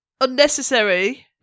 unnecessary